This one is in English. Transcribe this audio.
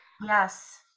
Yes